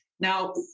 Now